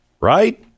right